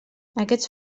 aquests